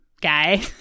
guy